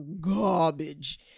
garbage